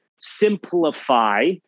simplify